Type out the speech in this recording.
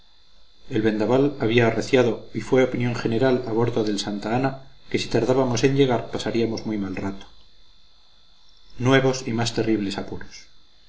el vendaval había arreciado y fue opinión general a bordo del santa ana que si tardábamos en llegar pasaríamos muy mal rato nuevos y más terribles apuros